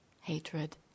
hatred